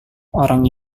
orang